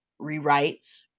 rewrites